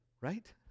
right